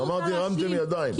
אמרתי הרמתם ידיים,